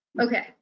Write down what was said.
Okay